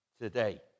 today